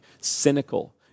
cynical